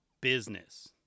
business